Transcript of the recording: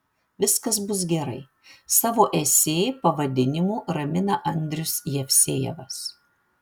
viskas bus gerai savo esė pavadinimu ramina andrius jevsejevas